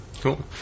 Cool